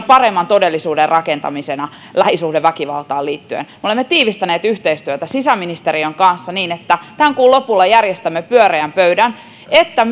paremman todellisuuden rakentamisena lähisuhdeväkivaltaan liittyen me olemme tiivistäneet yhteistyötä sisäministeriön kanssa niin että tämän kuun lopulla järjestämme pyöreän pöydän niin että